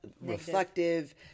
reflective